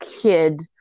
kid